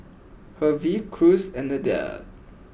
Hervey Cruz and Adel